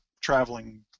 traveling